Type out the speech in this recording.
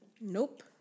Nope